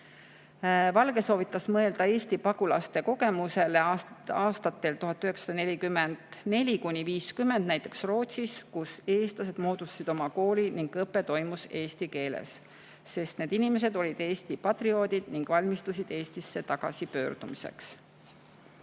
Valge soovitas mõelda Eesti pagulaste kogemusele aastatel 1944–1950 näiteks Rootsis, kus eestlased [asutasid] oma kooli ning õpe toimus eesti keeles, sest need inimesed olid Eesti patrioodid ning valmistusid Eestisse tagasipöördumiseks.